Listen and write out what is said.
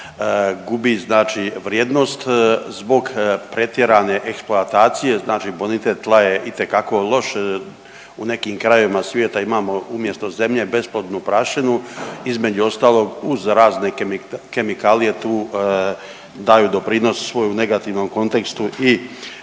gubi vrijednost zbog pretjerane eksploatacije, znači bonitet tla je itekako loš u nekim krajevima svijeta imamo umjesto zemlje besplodnu prašinu između ostalog uz razne kemikalije tu daju doprinos svoj u negativnom kontekstu i